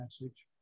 message